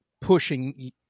pushing